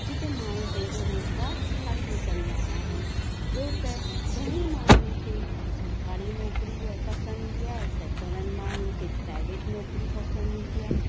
जिते माण्हू पंहिंजो रोज़गार हासिलु कंदा आहिनि ॿियो त घणेई माण्हुनि खे सरकारी नौकिरी पसंदि ईंदी आहे त घणनि माण्हुनि खे प्राइवेट नौकिरी पसंदि ईंदी आहे